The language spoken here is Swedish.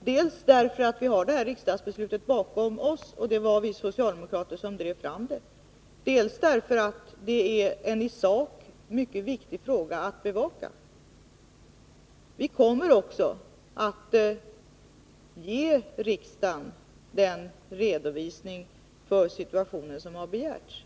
dels därför att vi har ett riksdagsbeslut bakom oss — vi socialdemokrater drev fram det —, dels därför att det är en i sak mycket viktig fråga att bevaka. Vi kommer också att ge riksdagen den redovisning för situationen som har begärts.